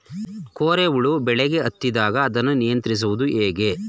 ಕೋರೆ ಹುಳು ಬೆಳೆಗೆ ಹತ್ತಿದಾಗ ಅದನ್ನು ನಿಯಂತ್ರಿಸುವುದು ಹೇಗೆ?